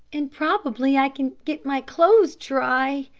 and probably i can get my clothes dry,